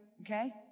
okay